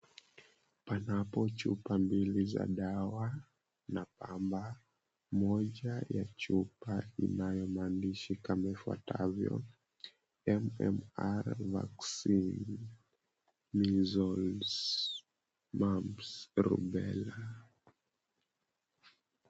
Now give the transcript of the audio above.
Panapo chupa mbili za dawa, na pamba. Moja ya chupa inayo maandishi kama ifuatavyo, MMR Vaccine, Measles, Mumps, Rubella .